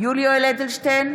יולי יואל אדלשטיין,